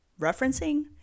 referencing